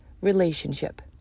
relationship